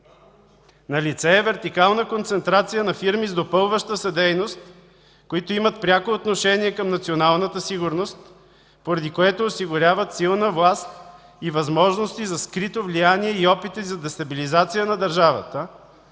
Налице е вертикална концентрация на фирми с допълваща се дейност, които имат пряко отношение към националната сигурност, поради което осигуряват силна власт и възможности за скрито влияние и опити за дестабилизация на държавата